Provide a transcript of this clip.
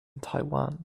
taiwan